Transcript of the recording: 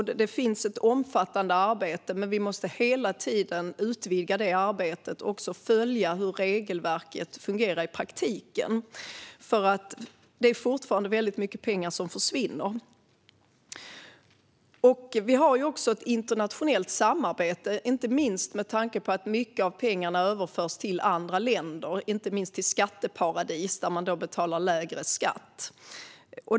Det bedrivs ett omfattande arbete, men vi måste hela tiden utvidga det arbetet och följa hur regelverket fungerar i praktiken, för det är fortfarande väldigt mycket pengar som försvinner. Vi har också ett internationellt samarbete. Mycket av pengarna överförs till andra länder, inte minst till skatteparadis där man betalar lägre skatt.